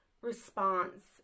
response